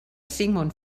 sigmund